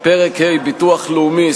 פרק ה' ביטוח לאומי,